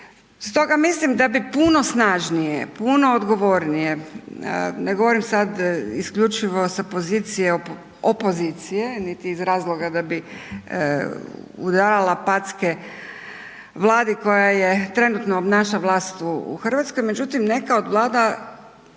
Stoga mislim da bi puno snažnije, puno odgovornije, ne govorim sad isključivo sa pozicije opozicije niti iz razloga da bih udarala packe Vladi koja je, trenutno obnaša vlast u Hrvatskoj, međutim, neka od Vlada,